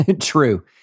True